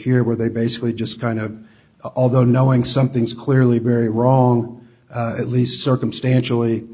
here where they basically just kind of although knowing something's clearly very wrong at least circumstantially